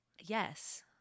Yes